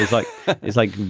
like it's like.